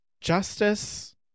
Justice